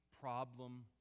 problem